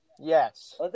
Yes